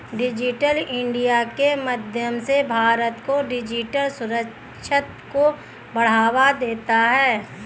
digital India के माध्यम से भारत को डिजिटल साक्षरता को बढ़ावा देना है